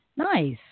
Nice